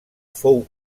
fou